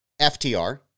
FTR